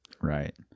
right